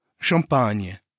Champagne